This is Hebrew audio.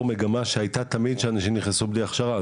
מגמה שהיתה תמיד שאנשים נכנסו בלי הכשרה.